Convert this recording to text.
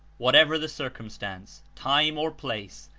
whatever the circumstance, time or place,